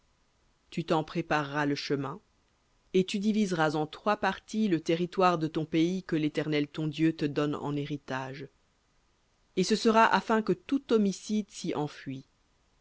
tu t'en prépareras le chemin et tu diviseras en trois parties le territoire de ton pays que l'éternel ton dieu te donne en héritage et ce sera afin que tout homicide s'y enfuie